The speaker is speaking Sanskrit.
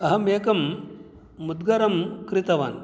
अहम् एकं मुद्गरं क्रीतवान्